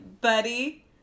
buddy